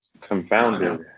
Confounded